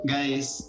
Guys